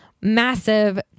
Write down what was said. massive